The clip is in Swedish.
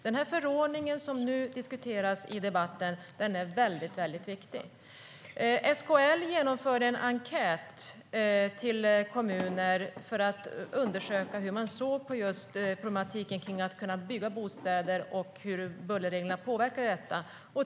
Den förordning som nu diskuteras i debatten är väldigt viktig. SKL genomförde en enkät i kommunerna för att undersöka hur de såg på att bygga bostäder och problematiken med hur bullerreglerna påverkade detta.